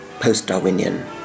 post-Darwinian